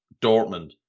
Dortmund